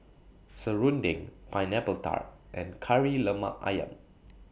Serunding Pineapple Tart and Kari Lemak Ayam